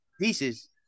pieces